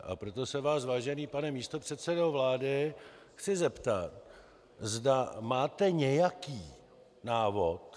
A proto se vás, vážený pane místopředsedo vlády, chci zeptat, zda máte nějaký návod.